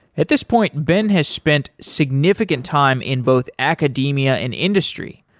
at this point, ben has spent significant time in both academia and industry,